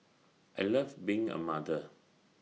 I love being A mother